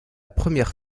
première